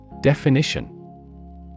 Definition